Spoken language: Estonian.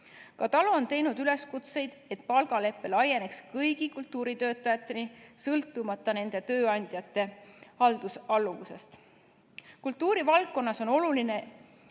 TALO ongi teinud üleskutseid, et palgalepe laieneks kõigile kultuuritöötajatele, sõltumata nende tööandjate haldusalluvusest. Kultuurivaldkonnas on oluline